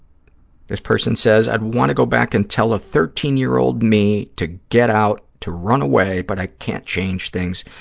this person says, i'd want to go back and tell a thirteen year old me to get out, to run away, but i can't change things,